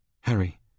Harry